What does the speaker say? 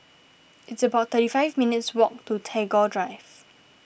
it's about thirty five minutes' walk to Tagore Drive